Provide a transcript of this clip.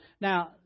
now